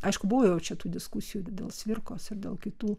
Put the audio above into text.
aišku buvo jau čia tų diskusijų dėl cvirkos ir dėl kitų